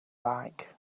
like